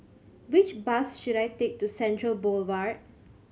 which bus should I take to Central Boulevard